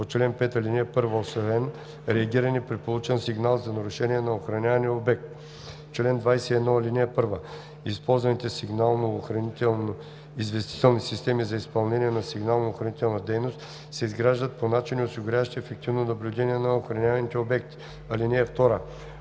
по чл. 5, ал. 1, освен реагиране при получен сигнал за нарушение на охраняван обект. Чл. 21. (1) Използваните сигнално-охранителни известителни системи за изпълнение на сигнално-охранителна дейност се изграждат по начин, осигуряващ ефективно наблюдение на охраняваните обекти. (2)